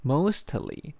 Mostly